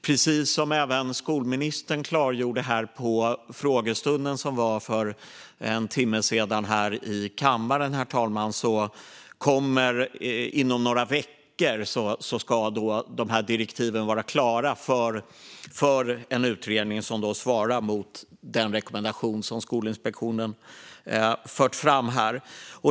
Precis som skolministern klargjorde på frågestunden här i kammaren för en timme sedan, herr talman, ska direktiv vara klara inom några veckor för en utredning som svarar mot den rekommendation som Skolinspektionen fört fram.